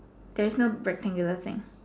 there's no rectangular thing